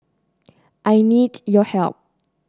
I need your help